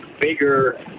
bigger